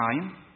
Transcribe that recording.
time